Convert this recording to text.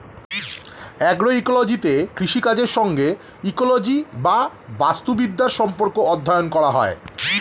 অ্যাগ্রোইকোলজিতে কৃষিকাজের সঙ্গে ইকোলজি বা বাস্তুবিদ্যার সম্পর্ক অধ্যয়ন করা হয়